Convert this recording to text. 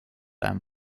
einem